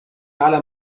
على